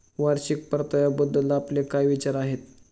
वार्षिक परताव्याबद्दल आपले काय विचार आहेत?